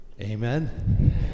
Amen